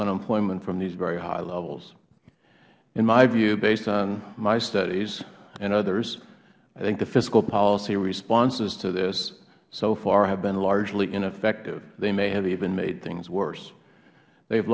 unemployment from these very high levels in my view based on my studies and others i think the fiscal policies responsive to this so far have been largely ineffective they may have even made things worse they